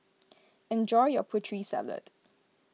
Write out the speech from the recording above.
enjoy your Putri Salad